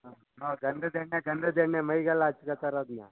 ಹಾಂ ಗಂಧದ ಎಣ್ಣೆ ಗಂಧದ ಎಣ್ಣೆ ಮೈಗೆಲ್ಲ ಹಚ್ಕತ್ತಾರೆ ಅದನ್ನ